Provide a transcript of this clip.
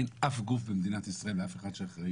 אין אף גוף במדינת ישראל שאחראי.